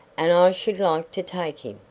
and i should like to take him,